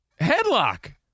headlock